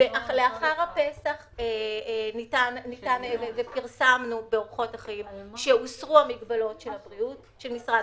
לאחר הפסח פרסמנו שהוסרו המגבלות של משרד